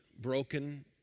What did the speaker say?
broken